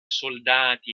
soldati